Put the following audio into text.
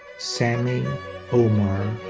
sammy omar